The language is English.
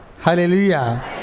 Hallelujah